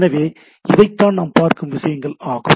எனவே இவை தான் நாம் பார்க்கும் விஷயங்கள் ஆகும்